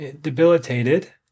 debilitated